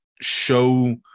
show